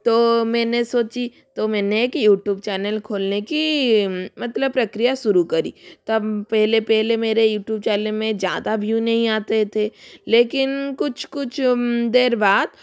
तो मैंने सोची तो मैंने एक यूटूब चैनल खोलने की मतलब प्रक्रिया शुरू करी तब पहले पहले मेरे यूटूब चैनल में ज़्यादा भीयू नहीं आते थे लेकिन कुछ कुछ देर बाद